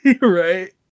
Right